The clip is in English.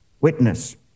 witness